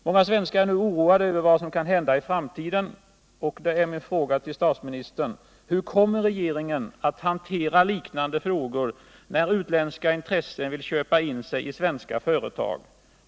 Många svenskar är nu oroade över vad som kan hända i framtiden. Min fråga till statsministern är: Hur kommer regeringen att hantera liknande frågor när utländska intressen vill köpa in sig i svenska företag?